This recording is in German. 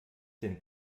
den